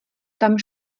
tam